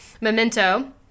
Memento